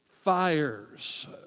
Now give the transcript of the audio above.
fires